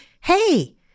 hey